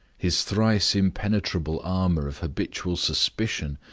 his thrice impenetrable armor of habitual suspicion,